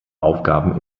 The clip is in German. aufgaben